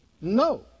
No